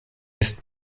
ist